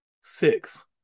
six